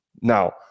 now